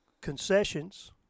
concessions